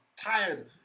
tired